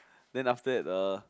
then after that uh